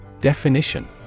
Definition